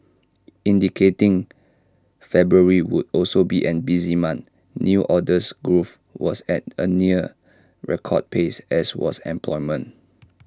indicating February would also be an busy month new orders growth was at A near record pace as was employment